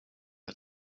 que